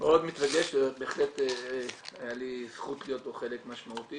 מאוד מתרגש ובהחלט הייתה לי הזכות להיות בו חלק משמעותי,